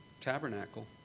tabernacle